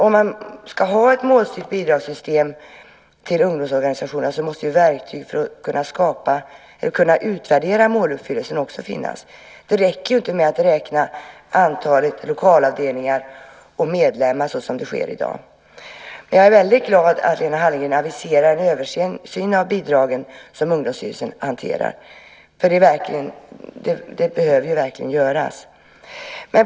Om man ska ha ett målstyrt bidragssystem till ungdomsorganisationerna måste ju verktyg för att utvärdera måluppfyllelsen också finnas. Det räcker inte att räkna antalet lokalavdelningar och medlemmar som sker i dag. Jag är väldigt glad att Lena Hallengren aviserar en översyn av bidragen som Ungdomsstyrelsen hanterar, för det behöver verkligen göras.